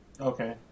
Okay